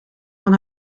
van